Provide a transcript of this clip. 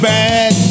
Bad